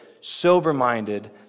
sober-minded